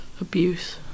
abuse